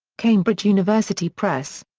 cambridge university press.